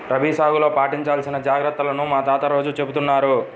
రబీ సాగులో పాటించాల్సిన జాగర్తలను మా తాత రోజూ చెబుతున్నారు